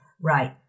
right